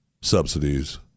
subsidies